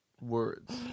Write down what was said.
words